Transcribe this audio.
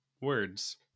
words